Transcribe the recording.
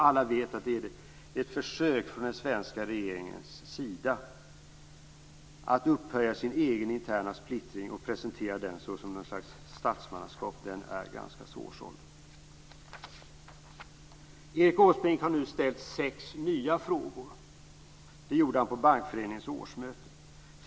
Alla vet att detta är ett försök från den svenska regeringen att upphöja sin egen interna splittring och presentera den som ett slags statsmannaskap, men detta är ganska svårsålt. Erik Åsbrink har nu ställt sex nya frågor. Det gjorde han på Bankföreningens årsmöte.